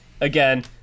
Again